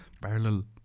parallel